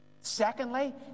Secondly